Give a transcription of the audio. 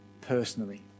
personally